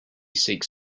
seeks